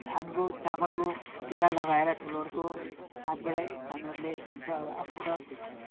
धानको चामलको टिका लगाएर ठुलोहरूको हातबाटै सानोहरूले हुन्छ अब आफन्त